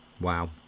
Wow